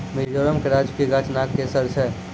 मिजोरम के राजकीय गाछ नागकेशर छै